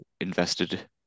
invested